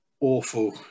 awful